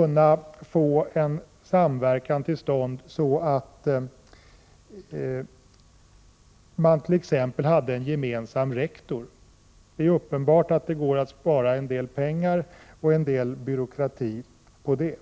kunna få en samverkan till stånd så att man t.ex. hade en gemensam rektor. Det är uppenbart att det går att spara en hel del pengar och en hel del byråkrati på det sättet.